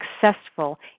successful